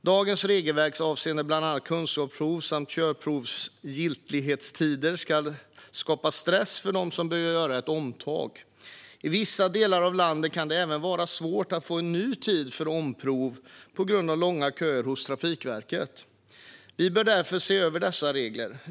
Dagens regelverk avseende bland annat kunskapsprovets och körprovets giltighetstid skapar stress för de som behöver göra ett omtag. I vissa delar av landet kan det även vara svårt att få en ny tid för omprov på grund av långa köer hos Trafikverket. Vi bör därför se över dessa regler.